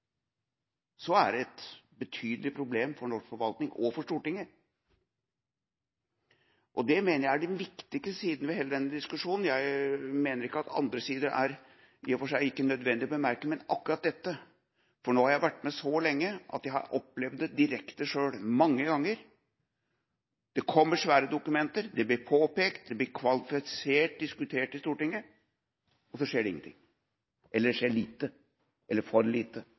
er det et betydelig problem for norsk forvaltning og for Stortinget. Det mener jeg er den viktigste siden ved hele denne diskusjonen. Jeg mener ikke at andre sider i og for seg ikke er nødvendig å bemerke, men når det gjelder akkurat dette, har jeg vært med så lenge at jeg har opplevd det direkte selv mange ganger. Det kommer svære dokumenter, det blir påpekt, det blir kvalifisert diskutert i Stortinget, og så skjer det ingenting, eller det skjer lite – for lite,